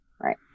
Right